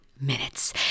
minutes